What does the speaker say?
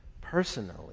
personally